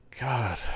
God